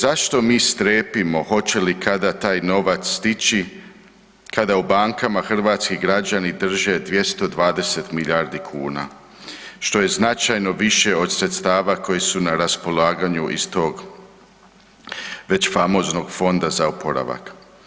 Zašto mi strepimo hoće li i kada taj novac stići, kada u bankama hrvatski građani drže 220 milijardi kuna, što je značajno više od sredstava koja su na raspolaganju iz tog već famoznog Fonda za oporavak?